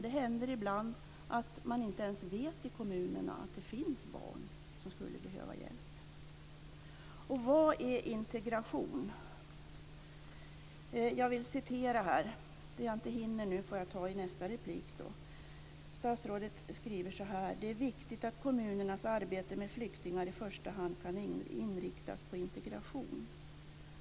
Det händer ibland att man i kommunerna inte ens vet att det finns barn som skulle behöva hjälp. Vad är integration? Statsrådet skriver: "Det är viktigt att kommunernas arbete med flyktingar i första hand kan inriktas på integration.